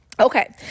Okay